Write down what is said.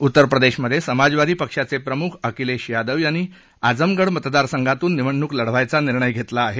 उत्तरप्रदेशमधे समाजवादी पक्षाचे प्रमुख अखिलेश यादव यांनी आजमगड मतदारसंघातून निवडणूक लढवायचा निर्णय घेतला आहे